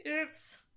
Oops